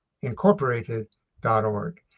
incorporated.org